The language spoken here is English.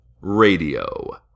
radio